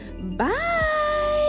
bye